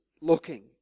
looking